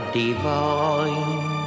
divine